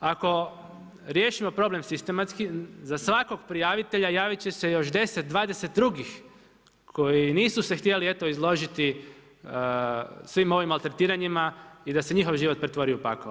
Ako, riješimo problem sistematski, za svakog prijavitelja javiti će se još 10, 20 drugih koji nisu se htjeli eto, izložiti svim ovim maltretiranjima i da se njihov život pretvori u pakao.